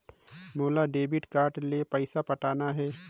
मोला debit card ले पइसा पटाना हे?